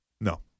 No